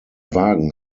wagen